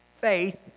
Faith